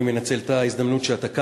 אני מנצל את ההזדמנות שאתה כאן,